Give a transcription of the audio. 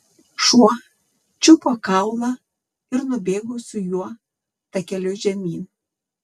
šuo čiupo kaulą ir nubėgo su juo takeliu žemyn